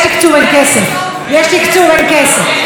איך זה יכול להיות?